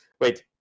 wait